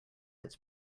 its